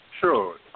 Sure